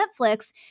Netflix